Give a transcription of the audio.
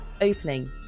opening